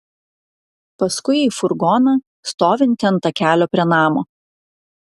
paskui į furgoną stovintį ant takelio prie namo